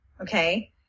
Okay